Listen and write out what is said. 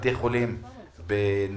בתי החולים בנצרת,